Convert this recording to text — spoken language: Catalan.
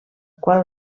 qual